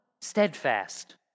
Steadfast